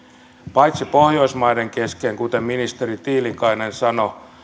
pohjoismaiden kesken kuten ministeri tiilikainen sanoi meillä